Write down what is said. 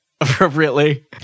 appropriately